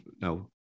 no